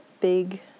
big